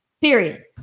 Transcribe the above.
period